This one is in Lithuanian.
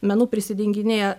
menu prisidenginėja